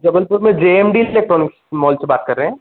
जबलपुर में J M D electronic mall से बात कर रहे हैं